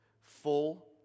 full